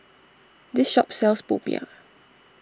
this shop sells Popiah